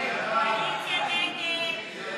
ההסתייגות (50) של חברות הכנסת קסניה